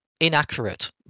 inaccurate